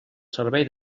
servei